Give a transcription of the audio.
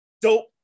dope